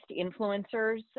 influencers